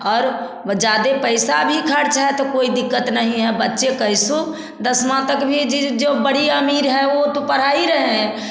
और ज़्यादा पैसा भी खर्च है तो कोई दिक्कत नहीं है बच्चे कैसो दसमा तक भी जो बड़ी अमीर है वह तो पढ़ाई रहे हैं